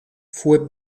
fue